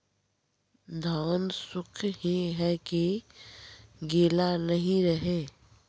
धान सुख ही है की गीला नहीं रहे?